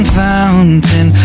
fountain